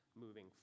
moving